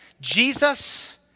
Jesus